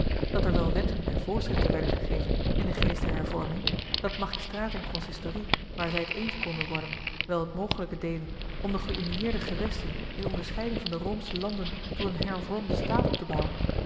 dat er wel wetten en voorschriften werden gegeven in den geest der hervorming dat magistraat en consistorie waar zij het eens konden worden wel het mogelijke deden om de geünieerde gewesten in onderscheiding van de roomsche landen tot een hervormden staat op te bouwen